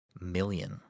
million